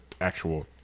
actual